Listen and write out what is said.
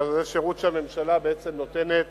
שזה שירות שהממשלה בעצם נותנת